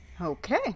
Okay